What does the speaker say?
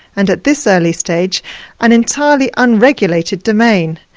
and at this early stage an entirely unregulated domain.